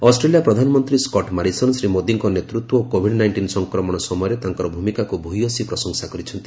Australia ପ୍ରଧାନମନ୍ତ୍ରୀ Scott Morrison Shri ମୋଦୀଙ୍କ ନେତୃତ୍ୱ ଓ କୋଭିଡ୍ ନାଇଷ୍ଟିନ୍ ସଂକ୍ରମଣ ସମୟରେ ତାଙ୍କର ଭୂମିକାକୁ ଭୂୟସୀ ପ୍ରଶଂସା କରିଛନ୍ତି